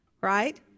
right